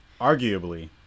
Arguably